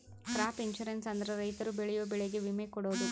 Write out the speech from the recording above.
crop insurance ಅಂದ್ರೆ ರೈತರು ಬೆಳೆಯೋ ಬೆಳೆಗೆ ವಿಮೆ ಕೊಡೋದು